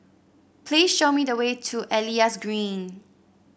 please show me the way to Elias Green